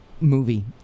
movie